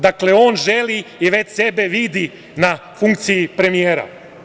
Dakle, on želi i već sebe vidi na funkciji premijera.